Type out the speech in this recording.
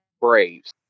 Braves